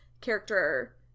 character